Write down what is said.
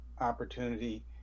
opportunity